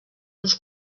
uns